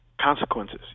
consequences